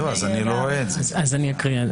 אני אקריא.